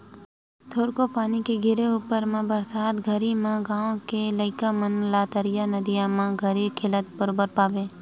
थोरको पानी के गिरे ऊपर म बरसात घरी म गाँव घर के लइका मन ला तरिया नदिया म गरी खेलत बरोबर पाबे